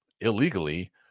illegally